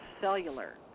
cellular